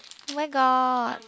where got